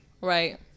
right